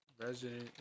Resident